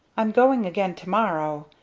i'm going again, to-morrow.